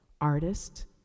Artist